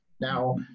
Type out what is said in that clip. Now